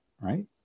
right